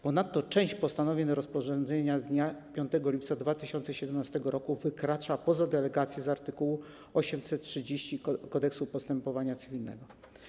Ponadto część postanowień rozporządzenia z dnia 5 lipca 2017 r. wykracza poza delegację z art. 830 Kodeksu postępowania cywilnego.